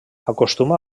acostuma